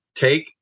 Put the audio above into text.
Take